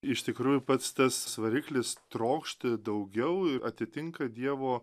iš tikrųjų pats tas variklis trokšti daugiau ir atitinka dievo